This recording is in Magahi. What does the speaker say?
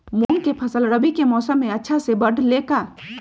मूंग के फसल रबी मौसम में अच्छा से बढ़ ले का?